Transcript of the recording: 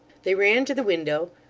they ran to the window,